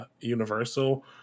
Universal